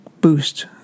boost